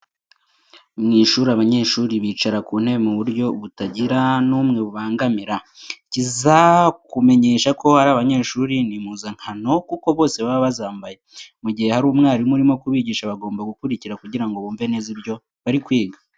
Mu ishuri abanyeshuri bicara ku ntebe mu buryo butagira n'umwe bubangamira .Ikizakumenyesha ko ari abanyeshuri ni impuzankano kuko bose baba bazambaye. Mu gihe hari umwarimu urimo kubigisha bagomba gukurikira kugira ngo bumve neza ibyo bari kwiga.